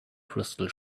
crystal